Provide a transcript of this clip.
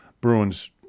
Bruins